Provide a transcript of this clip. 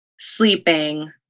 sleeping